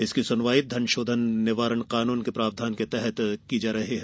इसकी सुनवाई धनशोधन निवारण कानून के प्रावधान के तहत की जा रही है